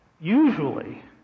usually